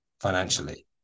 financially